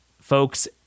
Folks